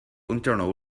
internal